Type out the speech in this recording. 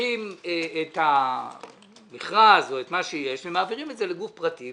לוקחים את המכרז או את מה שיש ומעבירים את זה לגוף פרטי,